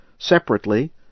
Separately